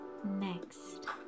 Next